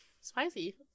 Spicy